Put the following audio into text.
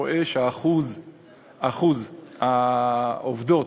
זה מאוד כואב ומאוד צורם כשאתה רואה שאחוז העובדות